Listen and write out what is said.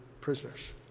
prisoners